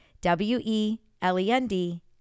W-E-L-E-N-D